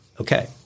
Okay